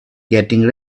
getting